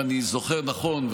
אם אני זוכר נכון,